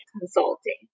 consulting